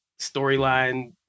storyline